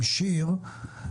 שיר.